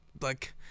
like-